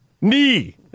knee